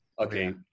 okay